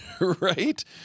Right